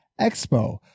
expo